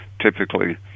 typically